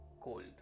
cold